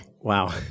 Wow